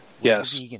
Yes